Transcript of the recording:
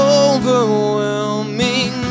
overwhelming